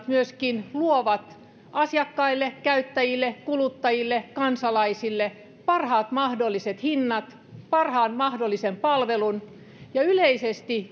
myöskin luovat asiakkaille käyttäjille kuluttajille kansalaisille parhaat mahdolliset hinnat ja parhaan mahdollisen palvelun ja yleisesti